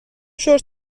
شرت